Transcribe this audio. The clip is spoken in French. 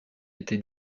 été